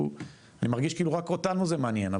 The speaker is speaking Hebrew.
אני מרגיש כאילו רק אותנו זה מעניין,